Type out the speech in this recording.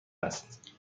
است